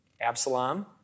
Absalom